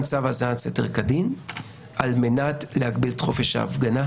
צו האזנת סתר כדין על מנת להגביל את חופש ההפגנה.